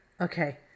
Okay